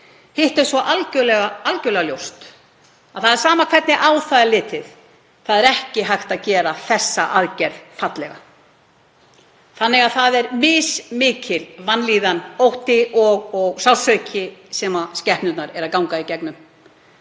Hitt er svo algerlega ljóst að það er sama hvernig á það er litið, það er ekki hægt að gera þessa aðgerð fallega. Þannig að það er mismikil vanlíðan, ótti og sársauki sem skepnurnar ganga í gegnum.